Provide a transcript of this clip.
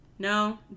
No